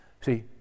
See